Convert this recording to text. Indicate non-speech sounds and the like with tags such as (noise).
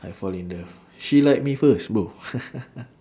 I fall in love she like me first bro (laughs)